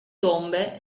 tombe